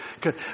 good